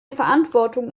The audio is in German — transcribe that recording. verantwortung